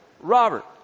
Robert